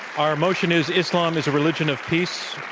our motion is islam is a religion of peace.